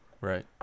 Right